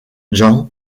jan